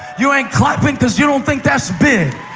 you aren't clapping because you don't think that's big.